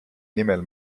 nimel